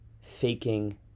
faking